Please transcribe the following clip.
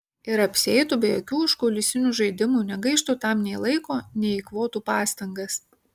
ir apsieitų be jokių užkulisinių žaidimų negaištų tam nei laiko nei eikvotų pastangas